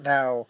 Now